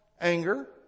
Anger